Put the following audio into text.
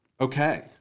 okay